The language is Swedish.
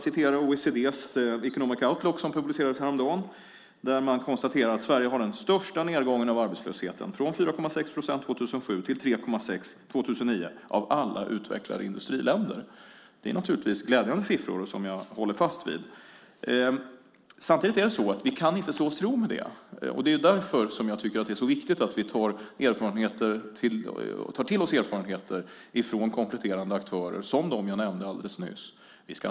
I OECD:s Economic Outlook som publicerades häromdagen konstaterar man att Sverige har den största nedgången i arbetslösheten, från 4,6 procent år 2007 till 3,6 procent år 2009. Man jämför då med alla utvecklade industriländer. Det är naturligtvis glädjande siffror som jag håller fast vid. Samtidigt kan vi inte slå oss till ro med det. Det är därför som jag tycker att det är så viktigt att vi tar till oss erfarenheter från kompletterande aktörer som de aktörer jag alldeles nyss nämnt.